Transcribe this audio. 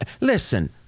listen